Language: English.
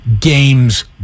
game's